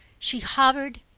she hovered,